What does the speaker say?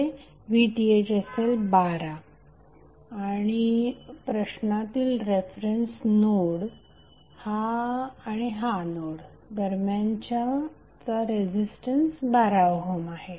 हेVThअसेल 12 आणि प्रश्नातील reference node आणि हा नोड दरम्यानचा रेझिस्टन्स 12 ओहम आहे